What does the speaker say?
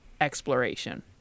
exploration